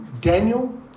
Daniel